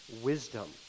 wisdom